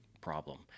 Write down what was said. problem